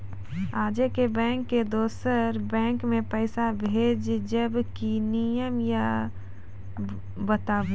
आजे के बैंक से दोसर बैंक मे पैसा भेज ब की नियम या बताबू?